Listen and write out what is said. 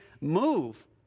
move